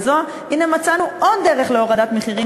והנה מצאנו עוד דרך להורדת מחירים,